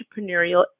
entrepreneurial